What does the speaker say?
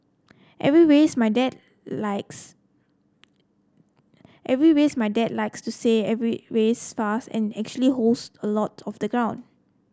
every race my dad likes every race my dad likes to say every race fast and actually holds a lot of the ground